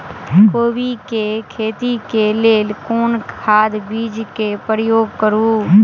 कोबी केँ खेती केँ लेल केँ खाद, बीज केँ प्रयोग करू?